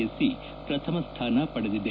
SC ಶ್ರಥಮ ಸ್ಥಾನ ಪಡೆದಿದೆ